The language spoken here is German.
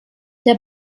der